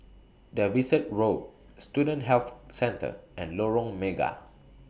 Davidson Road Student Health Centre and Lorong Mega